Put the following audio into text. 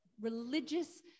religious